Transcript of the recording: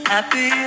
Happy